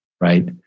right